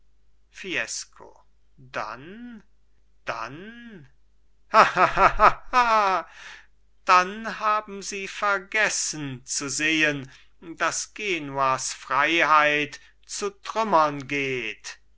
dann dann fängt zu lachen an dann haben sie vergessen zu sehen daß genuas freiheit zu trümmern geht